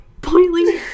Boiling